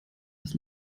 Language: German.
als